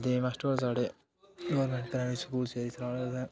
Baldev master होर साढ़े government primary school सेरी सराढ़